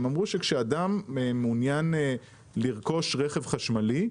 הם אמרו שכשאדם מעוניין לרכוש רכב חשמלי,